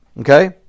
Okay